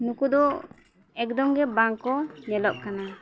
ᱱᱩᱠᱩ ᱫᱚ ᱮᱠᱫᱚᱢ ᱜᱮ ᱵᱟᱝᱠᱚ ᱧᱮᱞᱚᱜ ᱠᱟᱱᱟ